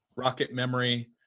rocket memory,